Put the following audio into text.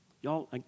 Y'all